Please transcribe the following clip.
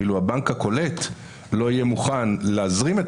-- ואילו הבנק הקולט לא יהיה מוכן להזרים את